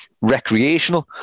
recreational